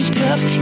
tough